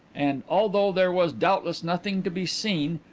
and, although there was doubtless nothing to be seen,